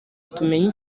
tumenye